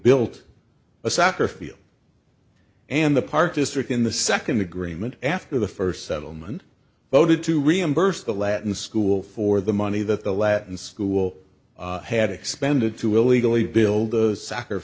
built a soccer field and the park district in the second agreement after the first settlement voted to reimburse the latin school for the money that the latin school had expended to illegally build a soccer